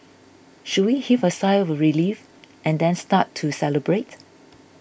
should we heave a sigh of relief and then start to celebrate